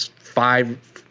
five